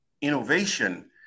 innovation